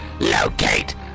locate